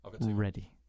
ready